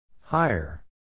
higher